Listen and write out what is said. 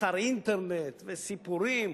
ואתר אינטרנט וסיפורים,